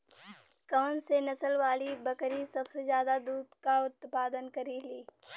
कौन से नसल वाली बकरी सबसे ज्यादा दूध क उतपादन करेली?